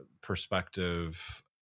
perspective